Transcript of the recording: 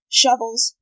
shovels